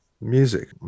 music